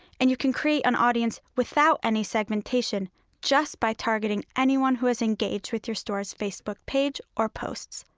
and you can create an audience without any segmentation just by targeting anyone who has engaged with your store's facebook page or posts.